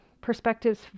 perspectives